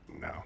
No